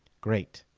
great